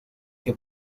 que